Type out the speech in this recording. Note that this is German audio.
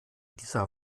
dieser